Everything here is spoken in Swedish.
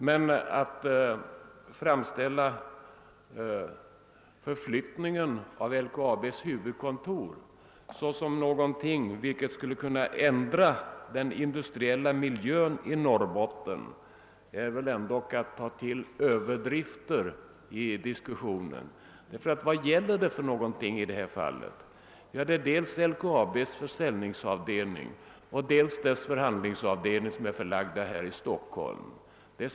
Men att framställa förflyttningen av LKAB:s huvudkontor som någonting som skulle kunna ändra den industriella miljön i Norrbotten är väl ändå att ta till överdrifter i diskussionen. Vad gäller det i detta fall? Det gäller dels LKAB:s försäljningsavdelning, dels bolagets förhandlingsavdelning som är förlagda i Stockholm.